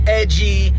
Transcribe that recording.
edgy